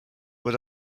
were